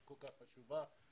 שדולה שהיא כל כך חשובה והרבה